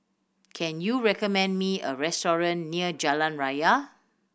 can you recommend me a restaurant near Jalan Raya